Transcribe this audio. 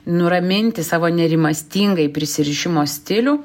nuraminti savo nerimastingai prisirišimo stilių